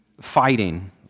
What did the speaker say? fighting